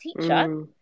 teacher